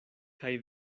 kaj